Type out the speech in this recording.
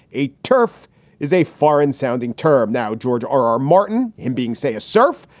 a turf is a foreign sounding term. now, george r r. martin and being, say, a serf,